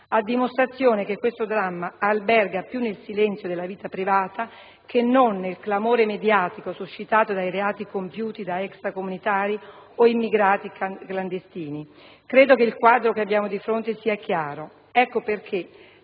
a dimostrazione che questo dramma alberga più nel silenzio della vita privata che non nel clamore mediatico suscitato dai reati compiuti da extracomunitari o immigrati clandestini. Credo che il quadro che abbiamo di fronte sia chiaro. Ecco perché